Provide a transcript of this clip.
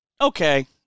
okay